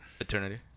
eternity